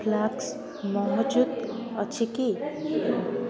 flask ମହଜୁଦ ଅଛି କି